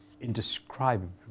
indescribable